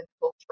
culture